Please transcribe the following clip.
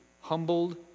humbled